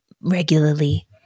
regularly